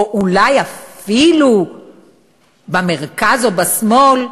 או אולי אפילו במרכז או בשמאל.